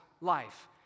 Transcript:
life